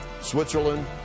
Switzerland